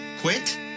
Quit